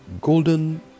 golden